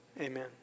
Amen